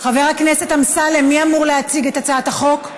חבר הכנסת אמסלם, מי אמור להציג את הצעת החוק?